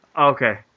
Okay